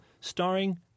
starring